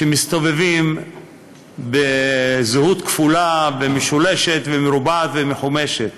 מסתובבים בזהות כפולה ומשולשת ומרובעת ומחומשת,